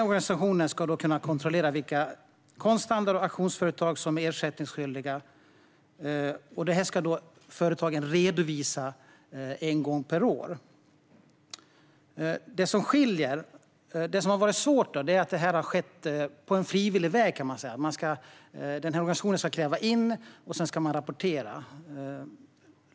Organisationen ska kunna kontrollera vilka konsthandlare och auktionsföretag som är ersättningsskyldiga, och företagen ska redovisa detta en gång per år. Svårigheten har varit att detta har skett på frivillig väg. Organisationen ska kräva in uppgifter, och sedan ska man rapportera.